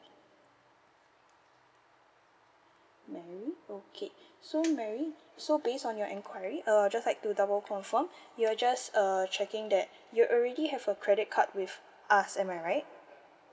mary okay so mary so base on your enquiry uh just like to double confirm we are just uh checking that you already have a credit card with us am I right